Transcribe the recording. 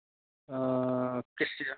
किस इयर